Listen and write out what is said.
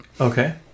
Okay